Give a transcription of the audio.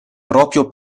proprio